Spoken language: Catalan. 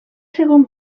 segon